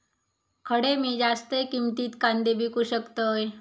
खडे मी जास्त किमतीत कांदे विकू शकतय?